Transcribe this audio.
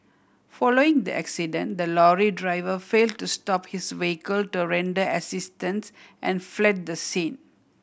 following the accident the lorry driver fail to stop his vehicle to render assistance and fled the scene